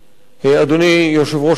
אדוני יושב-ראש הוועדה,